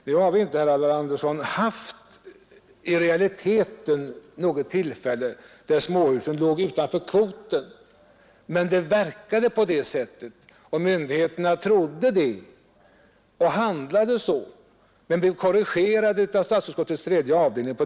Nu har det inte, herr Alvar Andersson, i realiteten vid något tillfälle förekommit att småhusen legat utanför kvoten. Det verkade på det sättet, och myndigheterna trodde det och handlade så, men de blev på den punkten korrigerade av statsutskottets tredje avdelning.